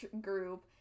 group